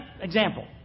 example